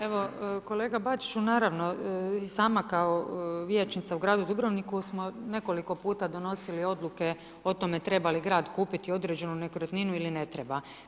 Evo kolega Bačiću, naravno, i sama kao vijećnica u gradu Dubrovniku smo nekoliko puta donosili odluke o tome treba li grad kupiti određenu nekretninu ili ne treba.